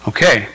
Okay